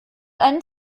einen